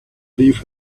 leave